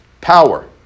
Power